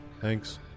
Thanks